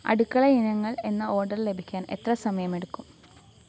അടുക്കള ഇനങ്ങൾ എന്ന ഓഡർ ലഭിക്കാൻ എത്ര സമയമെടുക്കും